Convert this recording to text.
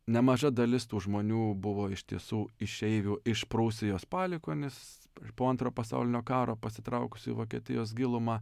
nemaža dalis tų žmonių buvo iš tiesų išeivių iš prūsijos palikuonys po antro pasaulinio karo pasitraukusių į vokietijos gilumą